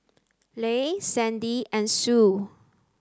Leigh Sandy and Sue